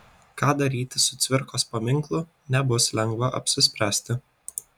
ką daryti su cvirkos paminklu nebus lengva apsispręsti